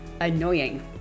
annoying